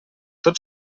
tot